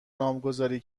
نامگذاری